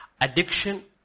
Addiction